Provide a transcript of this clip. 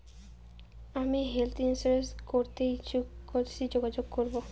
আমি health insurance করতে ইচ্ছুক কথসি যোগাযোগ করবো?